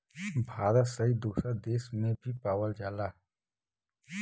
भारत सहित दुसर देस में भी पावल जाला